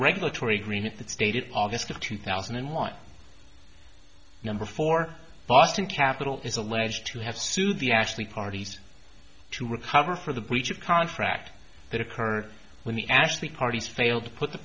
regulatory agreement that stated august of two thousand and one number for boston capital is alleged to have sued the ashley parties to recover for the breach of contract that occurred when the ashley parties failed to put the